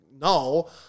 no